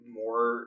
more